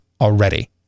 already